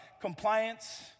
compliance